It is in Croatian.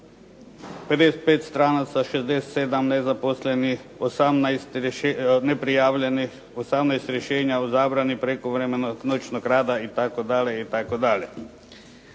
55 stranaca, 67 nezaposlenih, 18 neprijavljenih, 18 rješenja o zabrani prekovremenog noćnog rada i